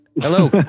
hello